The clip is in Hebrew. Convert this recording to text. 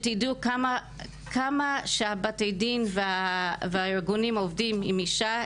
עם כמה שבתי הדין והארגונים עובדים עם אישה,